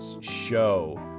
show